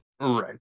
Right